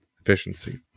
Efficiency